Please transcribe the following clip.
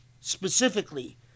specifically